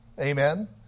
Amen